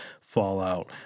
fallout